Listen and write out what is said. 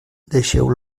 deixeu